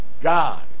God